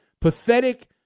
pathetic